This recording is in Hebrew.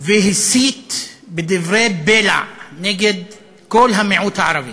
והסית בדברי בלע נגד כל המיעוט הערבי.